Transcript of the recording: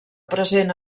present